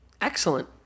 Excellent